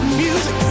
music